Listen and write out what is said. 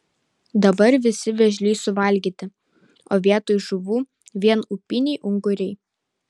dabar visi vėžliai suvalgyti o vietoj žuvų vien upiniai unguriai